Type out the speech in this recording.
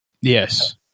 Yes